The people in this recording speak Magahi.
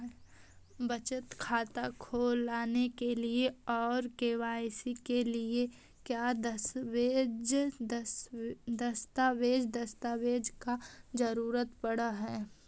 बचत खाता खोलने के लिए और के.वाई.सी के लिए का क्या दस्तावेज़ दस्तावेज़ का जरूरत पड़ हैं?